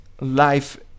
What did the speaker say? life